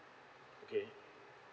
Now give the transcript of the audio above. okay